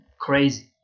crazy